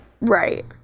Right